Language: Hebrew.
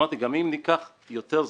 גם אם זה ייקח יותר זמן,